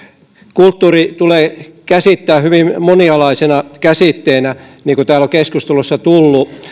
kulttuuri tulee käsittää hyvin monialaisena käsitteenä niin kuin täällä on keskustelussa tullut